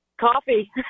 Coffee